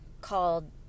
called